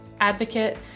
advocate